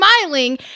smiling